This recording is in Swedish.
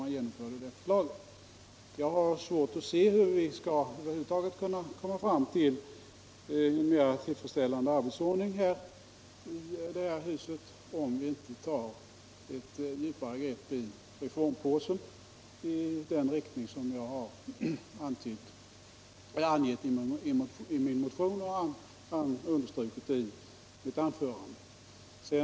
Det är svårt att se hur vi över huvud taget skulle kunna komma fram till en mer tillfredsställande arbetsordning i detta hus, om vi inte tar ett djupare grepp i reformpåsen i den riktning som jag har angivit i min motion och pekat på i mitt anförande.